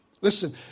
Listen